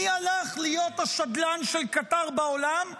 מי הלך להיות השדלן של קטאר בעולם?